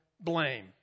blame